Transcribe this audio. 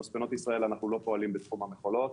במספנות ישראל אנחנו לא פועלים בתחום המכולות.